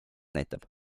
näitab